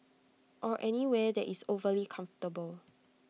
or anywhere that is overly comfortable